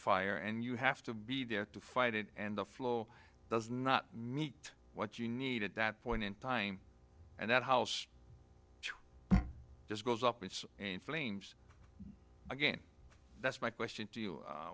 fire and you have to be there to fight it and the flow does not meet what you need at that point in time and that house just goes up it's in flames again that's my question to you